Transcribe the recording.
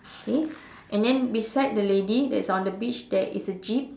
okay and then beside the lady that is on the beach there is a jeep